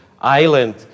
island